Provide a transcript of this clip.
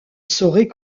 saurait